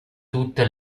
tutte